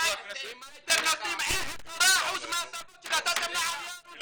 אם הייתם נותנים 10% מההטבות שנתתם לעליה הרוסית